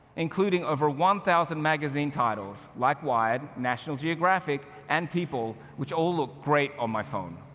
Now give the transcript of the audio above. including over one thousand magazine titles, like wired, national geographic, and people, which all look great on my phone.